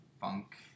funk